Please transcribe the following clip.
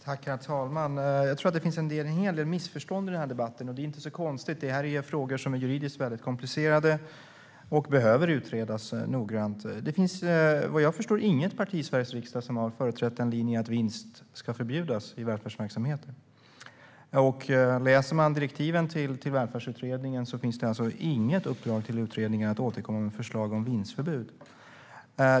Herr talman! Jag tror att det finns en hel del missförstånd i den här debatten, och det är inte så konstigt. Det här är ju frågor som är juridiskt väldigt komplicerade och behöver utredas noggrant. Det finns, vad jag förstår, inget parti i Sveriges riksdag som har företrätt linjen att vinst ska förbjudas i välfärdsverksamheter. Och i direktivet till Välfärdsutredningen finns det inget uppdrag till utredningen att återkomma med förslag om vinstförbud.